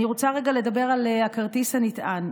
אני רוצה לדבר על הכרטיס הנטען.